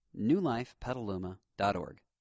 newlifepetaluma.org